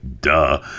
Duh